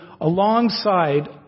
alongside